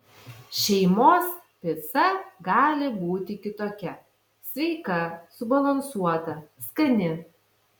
šeimos pica gali būti kitokia sveika subalansuota skani